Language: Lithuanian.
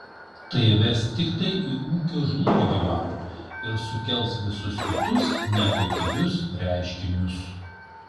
tai ves tiktai į ūkio žlugdymą ir sukels visus kitus negatyvius reiškinius